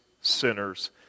sinners